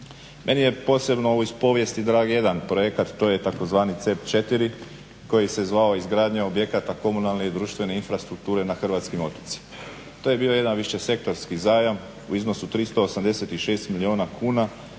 Meni je posebno ovo iz povijesti drag jedan projekat to je tzv. CEB IV koji se zvao izgradnja objekata komunalne i društvene infrastrukture na hrvatskim otocima. To je bio jedan višesektorski zajam u iznosu 386 milijuna kuna